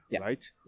right